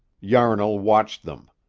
yarnall watched them.